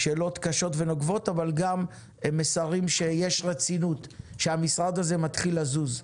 נשאלו שאלות קשות אבל גם ראינו שיש רצינות והמשרד הזה מתחיל לזוז.